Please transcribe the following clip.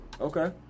Okay